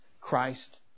Christ